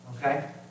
Okay